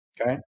okay